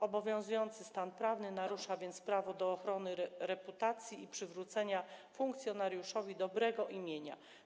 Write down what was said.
Obowiązujący stan prawny narusza więc prawo do ochrony reputacji i przywrócenia funkcjonariuszowi dobrego imienia.